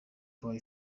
boy